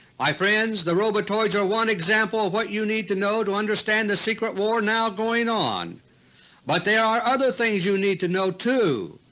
my friends, the robotoids are one example of what you need to know to understand the secret war now going on but there are other things you need to know too,